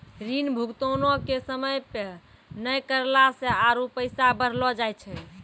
ऋण भुगतानो के समय पे नै करला से आरु पैसा बढ़लो जाय छै